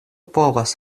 povas